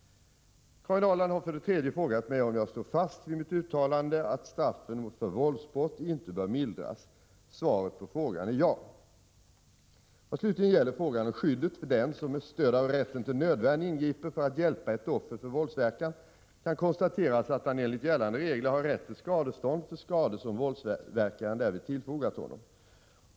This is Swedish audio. Karin Ahrland har för det tredje frågat mig om jag står fast vid mitt uttalande att straffen för våldsbrott inte bör mildras. Svaret på frågan är ja. Vad slutligen gäller frågan om skyddet för den som med stöd av rätten till nödvärn ingriper för att hjälpa ett offer för våldsverkan kan konstateras att han enligt gällande regler har rätt till skadestånd för skador som våldsverkaren därvid tillfogar honom.